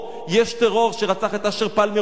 יש טרור שרצח את אשר פלמר ובנו,